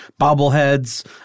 bobbleheads